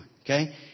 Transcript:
Okay